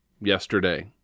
yesterday